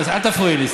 אבל התקיים דיון.